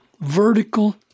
vertical